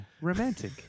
Romantic